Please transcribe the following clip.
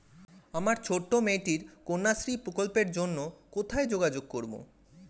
আমার ছোট্ট মেয়েটির কন্যাশ্রী প্রকল্পের জন্য কোথায় যোগাযোগ করব?